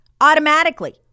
automatically